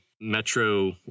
Metro